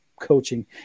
coaching